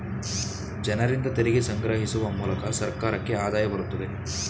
ಜನರಿಂದ ತೆರಿಗೆ ಸಂಗ್ರಹಿಸುವ ಮೂಲಕ ಸರ್ಕಾರಕ್ಕೆ ಆದಾಯ ಬರುತ್ತದೆ